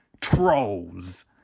trolls